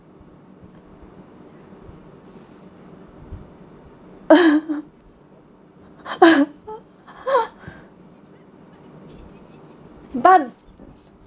th~